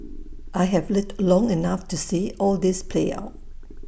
I have lived long enough to see all this play out